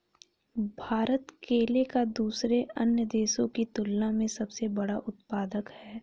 भारत केले का दूसरे अन्य देशों की तुलना में सबसे बड़ा उत्पादक है